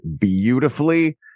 beautifully